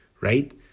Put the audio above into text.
right